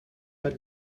pas